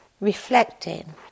reflecting